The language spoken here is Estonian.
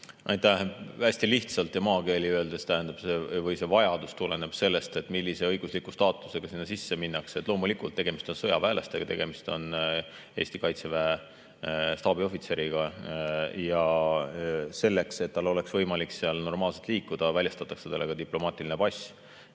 Aitäh! Hästi lihtsalt ja maakeeli öeldes see vajadus tuleneb sellest, millise õigusliku staatusega sinna minnakse. Loomulikult tegemist on sõjaväelasega, tegemist on Eesti Kaitseväe staabiohvitseriga ja selleks, et tal oleks võimalik seal normaalselt liikuda, väljastatakse talle diplomaatiline pass.